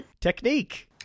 technique